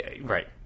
right